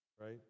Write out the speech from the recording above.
Right